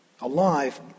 alive